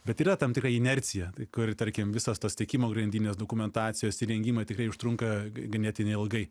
bet yra tam tikra inercija kuri tarkim visos tos tiekimo grandinės dokumentacijos įrengimai tikrai užtrunka ga ganėtinai ilgai